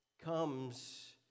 comes